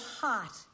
hot